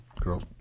girl